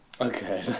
okay